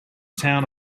town